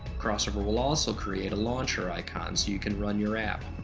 crossover will also create a launcher icon, so you can run your app.